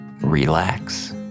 Relax